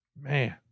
Man